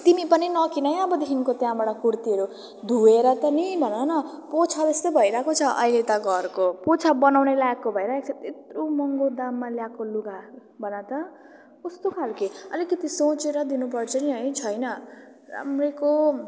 तिमी पनि नकिन है अबदेखिको त्यहाँबाट कुर्तीहरू धोएर त नि भन न पोचा जस्तो भइरहेको छ अहिले त घरको पोचा बनाउने लाइकको भइरहेछ त्यत्रो महँगो दाममा ल्याएको लुगा भन त कस्तो खाले अलिकति सोचेर दिनु पर्छ नि है छैन राम्रैको